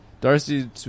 darcy